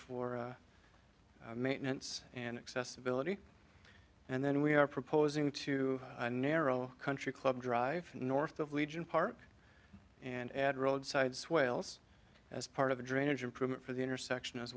for maintenance and accessibility and then we are proposing to a narrow country club drive north of legion park and add roadside swales as part of the drainage improvement for the intersection as